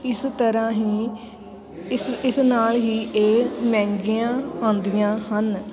ਇਸ ਤਰ੍ਹਾਂ ਹੀ ਇਸ ਇਸ ਨਾਲ ਹੀ ਇਹ ਮਹਿੰਗੀਆਂ ਆਉਂਦੀਆਂ ਹਨ